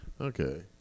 Okay